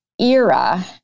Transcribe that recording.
era